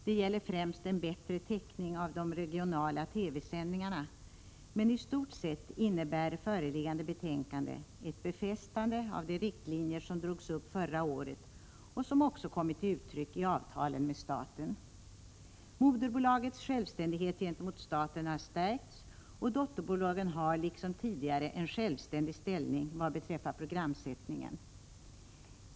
Det gäller främst en bättre täckning av de regionala TV sändningarna, men i stort sett innebär föreliggande betänkande ett befästande av de riktlinjer som drogs upp förra året och som också kommit till uttryck i avtalen med staten. Moderbolagets självständighet gentemot staten har stärkts, och dotterbolagen har, liksom tidigare, en självständig ställning vad beträffar programsättningen.